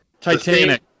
Titanic